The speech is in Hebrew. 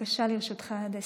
בבקשה, לרשותך עד עשר דקות.